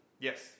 Yes